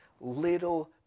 little